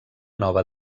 nova